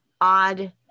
odd